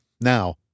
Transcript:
Now